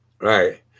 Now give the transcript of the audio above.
Right